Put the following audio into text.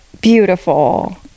Beautiful